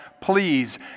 please